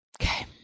Okay